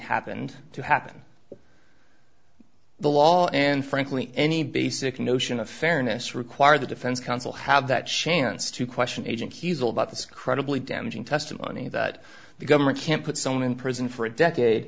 happened to happen the law and frankly any basic notion of fairness require the defense counsel have that chance to question agent he's all about this credibly damaging testimony that the government can put someone in prison for a decade